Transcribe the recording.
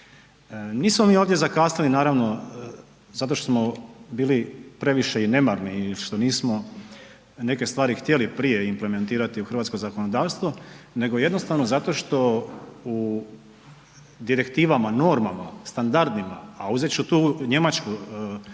nismo mi ovdje zakasnili naravno zato što smo bili previše i nemarni i što nismo neke stvari htjeli prije implementirati u hrvatsko zakonodavstvo nego jednostavno zato što u direktivama, normama, standardima, a uzet ću tu Njemačku kao primjer,